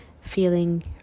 feeling